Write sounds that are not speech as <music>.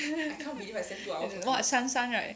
<laughs> not 珊珊 right